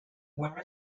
where